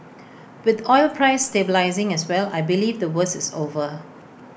with oil prices stabilising as well I believe the worst is over